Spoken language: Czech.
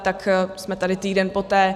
Tak jsme tady týden poté.